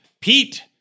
Pete